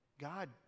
God